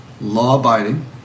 law-abiding